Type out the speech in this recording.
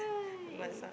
I